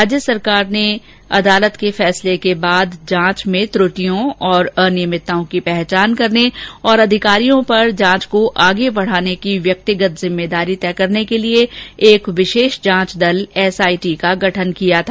अगस्त में निचली अदालत के फैसले के बाद राज्य सरकार ने जांच में त्रुटियों और अनियमितताओं की पहचान करने और अधिकारियों पर जांच को आगे बढाने की व्यक्तिगत जिम्मेदारी तय करने के लिए एक विशेष जांच दल एसआईटी का गठन किया था